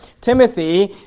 Timothy